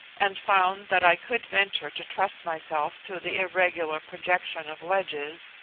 and found that i could venture to trust myself to the irregular projection of ledges,